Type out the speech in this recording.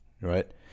right